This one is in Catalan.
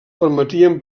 permetien